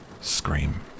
scream